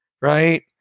right